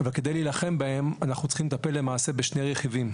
אבל כדי להילחם בהם אנחנו צריכים לטפל למעשה בשני רכיבים.